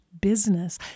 business